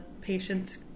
patients